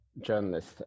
journalist